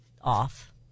off